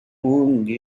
won’t